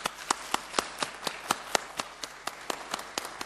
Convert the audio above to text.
(מחיאות כפיים)